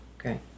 Okay